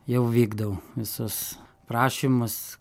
jau vykdau visus prašymus